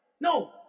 No